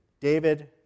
David